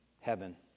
heaven